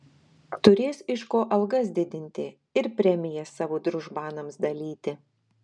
turės iš ko algas didinti ir premijas savo družbanams dalyti